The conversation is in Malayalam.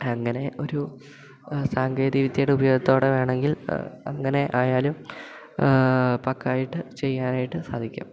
അങ്ങനെ ഒരു സാങ്കേതിക വിദ്യയുടെ ഉപയോഗത്തോടെ വേണമെങ്കിൽ അങ്ങനെ ആയാലും പക്കായിട്ട് ചെയ്യാനായിട്ട് സാധിക്കും